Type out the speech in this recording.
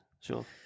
sure